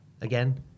again